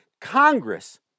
Congress